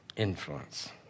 Influence